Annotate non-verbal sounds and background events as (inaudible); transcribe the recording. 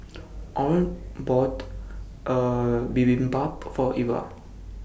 Oren bought (hesitation) Bibimbap For Eva